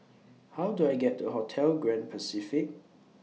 How Do I get to Hotel Grand Pacific